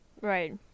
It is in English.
Right